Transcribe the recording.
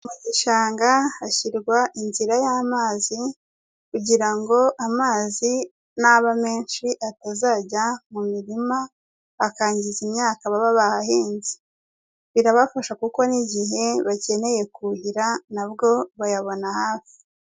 Mu gishanga hashyirwa inzira y'amazi kugira ngo amazi naba menshi atazajya mu mirima, akangiza imyaka baba bahahinze, birabafasha kuko n'igihe bakeneye kuhira na bwo bayabona hafi.